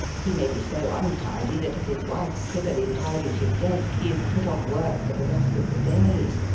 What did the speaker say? he may be so untidy that if his wife privily tidies his desk he is put oflf work for the rest of the day.